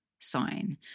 sign